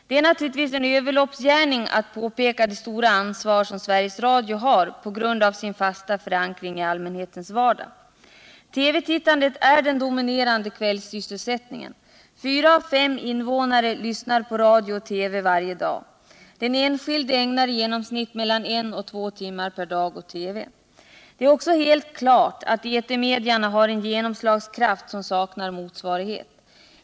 Det är naturligtvis en överloppsgärning att påpeka det stora ansvar som Sveriges Radio har på grund av sin fasta förankring i allmänhetens vardag. TV-tittandet är den dominerande kvällssysselsättningen. Fyra av fem invånare lyssnar på radio och ser på TV varje dag. Den enskilde ägnar i genomsnitt mellan en och två timmar per dag åt TV. Det är också helt klart att etermedierna har en genomslagskraft som saknar motsvarighet.